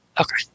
Okay